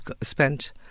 spent